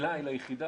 אליי ליחידה,